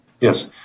Yes